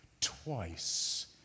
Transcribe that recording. twice